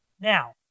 Now